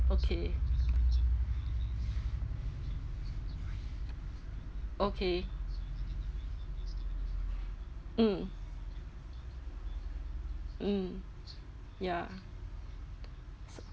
okay okay mm mm ya